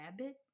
rabbit